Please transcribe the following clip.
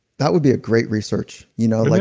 that would be a great research you know like